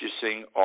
purchasing